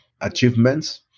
achievements